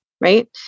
Right